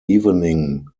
evening